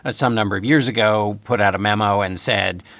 ah some number of years ago put out a memo and said,